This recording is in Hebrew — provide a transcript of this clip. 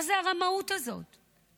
מה זאת הרמאות הזאת?